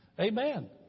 Amen